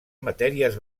matèries